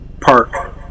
Park